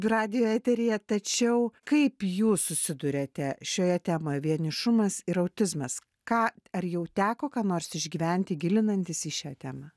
radijo eteryje tačiau kaip jūs susiduriate šioje temoje vienišumas ir autizmas ką ar jau teko ką nors išgyventi gilinantis į šią temą